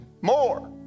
more